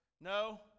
No